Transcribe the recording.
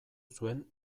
zuen